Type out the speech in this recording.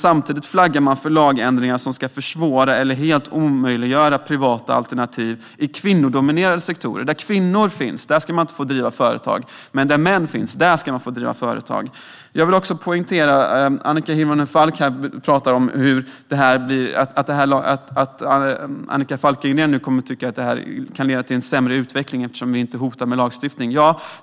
Samtidigt flaggar man för lagändringar som ska försvåra eller helt omöjliggöra privata alternativ i kvinnodominerade sektorer. Där kvinnor finns ska man inte få driva företag, men där män finns ska man få driva företag. Annika Hirvonen Falk talar om att Annika Falkengren tror att det kan leda till en sämre utveckling att vi inte hotar med lagstiftning.